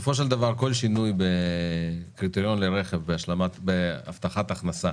בסופו של דבר כל שינוי בקריטריון לרכב בהבטחת הכנסה